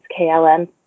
KLM